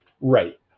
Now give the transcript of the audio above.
Right